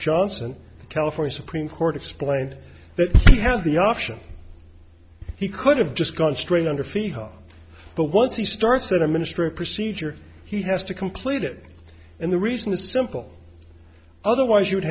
johnson the california supreme court explained that he had the option he could have just gone straight under fee home but once he starts that a ministry procedure he has to complete it and the reason is simple otherwise you